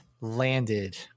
landed